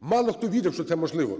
Мало хто вірив, що це можливо,